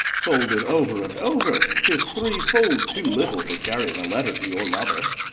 fold it over and over, tis threefold too little for carrying a letter to your lover.